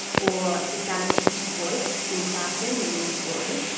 or the sound of a teacher's voice in a classroom reading a story.